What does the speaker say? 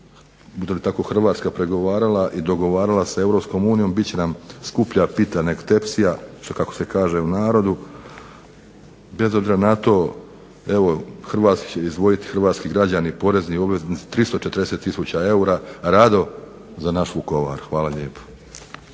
bude li tako Hrvatska pregovarala i dogovarala sa Europskom unijom bit će nam "skuplja pita nego tepsija" kako se kaže u narodu. Bez obzira na to, evo hrvatski, će izdvojiti hrvatski građani, porezni obveznici 340000 eura rado za naš Vukovar. Hvala lijepo.